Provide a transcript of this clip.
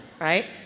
right